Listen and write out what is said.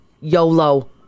YOLO